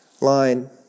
line